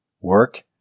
work